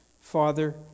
Father